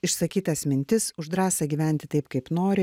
išsakytas mintis už drąsą gyventi taip kaip nori